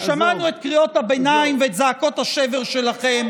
כן, שמענו את קריאות הביניים ואת זעקות השבר שלכם.